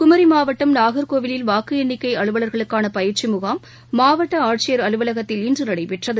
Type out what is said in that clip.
குமரி மாவட்டம் நாகர்கோவிலில் வாக்கு எண்ணிக்கை அலுவலர்களுக்கான பயிற்சி முகாம் மாவட்ட ஆட்சியர் அலுவலகத்தில் இன்று நடைபெற்றது